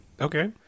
Okay